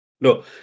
No